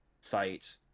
site